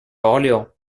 orléans